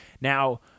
Now